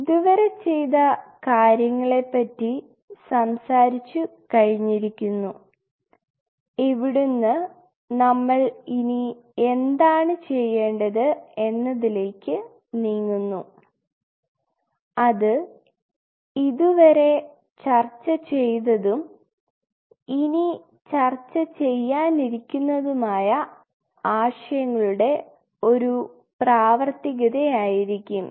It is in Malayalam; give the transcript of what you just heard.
ഇതുവരെ ചെയ്ത കാര്യങ്ങളെ പറ്റി സംസാരിച്ചു കഴിഞ്ഞിരിക്കുന്നു ഇവിടുന്ന് നമ്മൾ ഇനി എന്താണ് ചെയ്യേണ്ടത് എന്നതിലേക്ക് നീങ്ങുന്നു അത് ഇതുവരെ ചർച്ച ചെയ്തതും ഇനി ചർച്ച ചെയ്യാനിരിക്കുന്ന ആശയങ്ങളുടെയും ഒരു പ്രവർത്തികതയായിരിക്കും